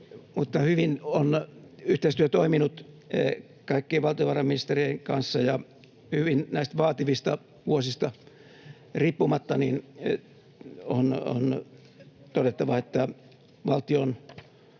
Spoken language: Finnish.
mutta hyvin on yhteistyö toiminut kaikkien valtiovarainministerien kanssa, ja näistä hyvin vaativista vuosista riippumatta on todettava, että valtion